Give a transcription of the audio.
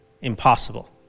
impossible